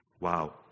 Wow